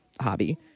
hobby